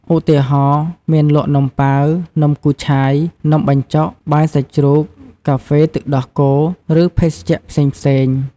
ឧទាហរណ៍ មានលក់នំប៉ាវ នំគូឆាយ នំបញ្ចុក បាយសាច់ជ្រូក កាហ្វេទឹកដោះគោ ឬភេសជ្ជៈផ្សេងៗ។